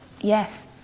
yes